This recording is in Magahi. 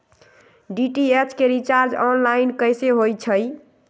डी.टी.एच के रिचार्ज ऑनलाइन कैसे होईछई?